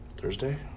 Thursday